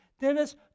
Dennis